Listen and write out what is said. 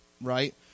right